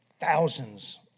Thousands